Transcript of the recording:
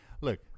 Look